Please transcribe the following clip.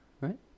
Right